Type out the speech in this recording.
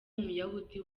umuyahudi